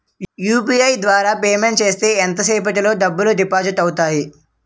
UPI ద్వారా payment చేస్తే ఎంత సేపటిలో డబ్బులు డిపాజిట్ అవుతాయి?